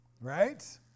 right